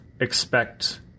expect